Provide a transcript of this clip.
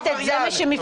בלי קריאות ביניים יותר.